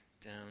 down